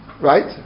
Right